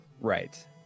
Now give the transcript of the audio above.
Right